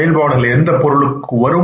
செயல்பாடுகள் எந்த எந்த பொருளுக்கு வரும்